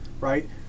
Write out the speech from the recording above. right